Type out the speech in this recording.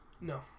No